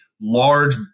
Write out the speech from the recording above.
large